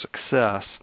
success